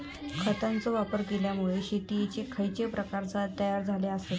खतांचे वापर केल्यामुळे शेतीयेचे खैचे प्रकार तयार झाले आसत?